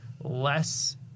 less